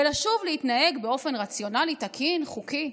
ולשוב להתנהג באופן רציונלי, תקין, חוקי.